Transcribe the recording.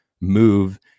move